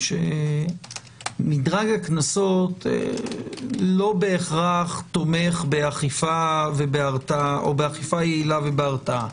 שמדרג הקנסות לא בהכרח תומך באכיפה יעילה ובהרתעה.